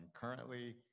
currently